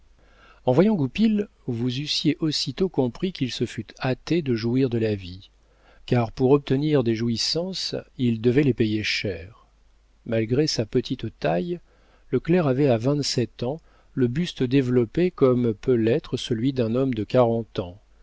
en voyant goupil vous eussiez aussitôt compris qu'il se fût hâté de jouir de la vie car pour obtenir des jouissances il devait les payer cher malgré sa petite taille le clerc avait à vingt-sept ans le buste développé comme peut l'être celui d'un homme de quarante ans